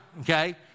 okay